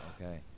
okay